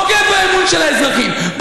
בוגד באמון של האזרחים,